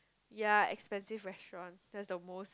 ya expensive restaurant that's the most